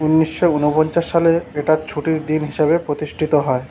উন্নিশশো উনপঞ্চাশ সালে এটার ছুটির দিন হিসাবে প্রতিষ্ঠিত হয়